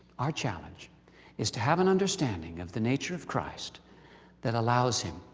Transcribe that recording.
our challenge is to have an understanding of the nature of christ that allows him